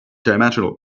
dimensional